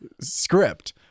script